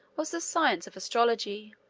was the science of astrology.